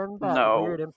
no